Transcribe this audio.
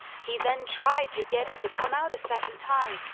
he then tried to get it to come out a second time,